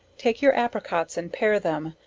take your apricots and pare them,